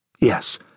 Yes